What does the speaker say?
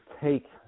take